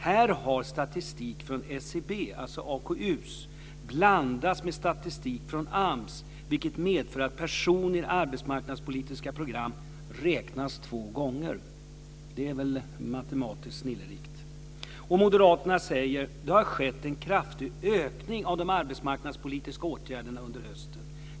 Här har statistik från SCB, dvs. AKU, blandats med statistik från AMS, vilket medför att personer i arbetsmarknadspolitiska program räknas två gånger. Det är väl matematiskt snillrikt. Moderaterna säger: Det har skett en kraftig ökning av de arbetsmarknadspolitiska åtgärderna under hösten.